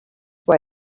way